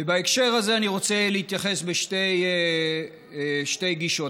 בהקשר הזה אני רוצה להתייחס לשתי שתי גישות,